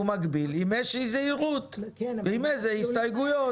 מקביל עם איזו שהיא זהירות ועם הסתייגויות,